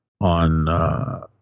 on